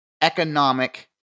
economic